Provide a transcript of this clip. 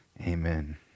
amen